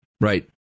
Right